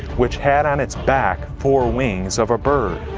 which had on its back four wings of a bird.